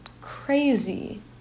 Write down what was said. crazy